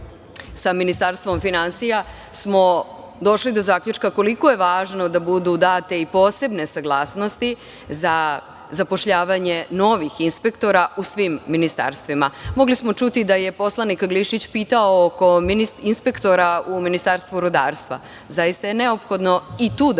sa Ministarstvom finansija smo došli do zaključka koliko je važno da budu date i posebne saglasnosti za zapošljavanje novih inspektora u svim ministarstvima. Mogli smo čuti da je poslanik Glišić pitao oko inspektora u Ministarstvu rudarstva. Zaista je neophodno i tu da povećamo